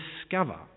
discover